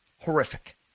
Horrific